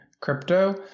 crypto